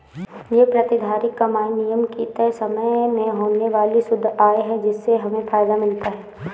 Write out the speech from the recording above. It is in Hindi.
ये प्रतिधारित कमाई निगम की तय समय में होने वाली शुद्ध आय है जिससे हमें फायदा मिलता है